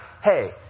hey